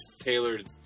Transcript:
tailored